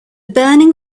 burning